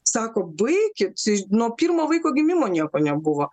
sako baikit nuo pirmo vaiko gimimo nieko nebuvo